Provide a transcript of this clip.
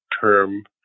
term